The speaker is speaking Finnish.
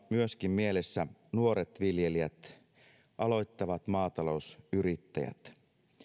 myöskin mielessä nuoret viljelijät aloittavat maatalousyrittäjät